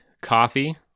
coffee